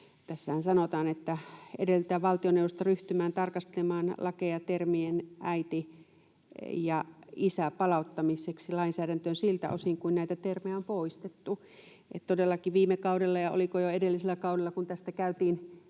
Tässähän sanotaan, että ”edellyttää valtioneuvostoa ryhtymään tarkastelemaan lakeja termien äiti ja isä palauttamiseksi lainsäädäntöön siltä osin kuin näitä termejä on poistettu”. Todellakin viime kaudella, ja oliko jo edellisellä kaudella, tästä käytiin